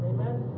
Amen